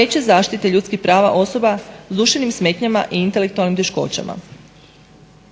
veće zaštite ljudskih prava osoba s duševnim smetnjama i intelektualnim teškoćama.